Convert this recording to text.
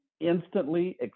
instantly